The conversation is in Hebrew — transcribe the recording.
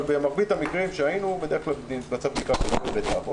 אבל במרבית המקרים שראינו בדרך כלל מתבצעת בדיקה נרחבת,